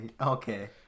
Okay